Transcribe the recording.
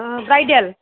अ bridal